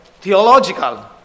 theological